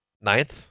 Ninth